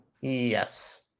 Yes